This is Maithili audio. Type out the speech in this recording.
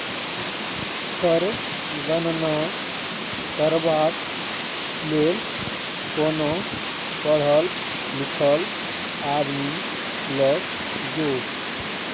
कर गणना करबाक लेल कोनो पढ़ल लिखल आदमी लग जो